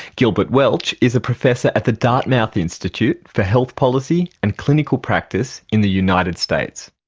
gilbert welch is a professor at the dartmouth institute for health policy and clinical practice in the united states.